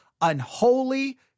unholy